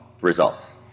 results